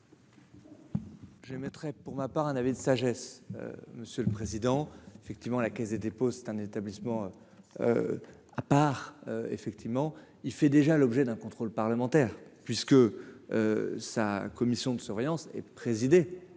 J'émettrai pour ma part, un avis de sagesse, monsieur le président, effectivement, la Caisse des dépôts, c'est un établissement par, effectivement, il fait déjà l'objet d'un contrôle parlementaire, puisque sa commission de surveillance est présidé